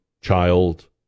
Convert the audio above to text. child